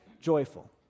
joyful